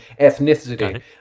ethnicity